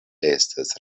estas